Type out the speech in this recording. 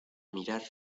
mirar